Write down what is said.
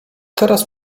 teraz